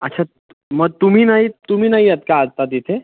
अच्छा मग तुम्ही नाही तुम्ही नाही आहात का आत्ता तिथे